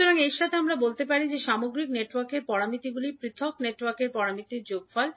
সুতরাং এর সাথে আমরা বলতে পারি যে সামগ্রিক নেটওয়ার্কের z প্যারামিটারগুলি পৃথক নেটওয়ার্কের z প্যারামিটারগুলির যোগফল